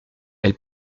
elle